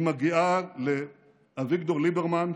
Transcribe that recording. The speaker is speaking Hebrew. היא מגיעה לאביגדור ליברמן,